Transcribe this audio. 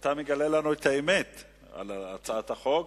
ואתה מגלה לנו את האמת על הצעת החוק,